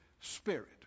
spirit